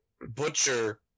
Butcher